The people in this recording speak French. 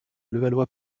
levallois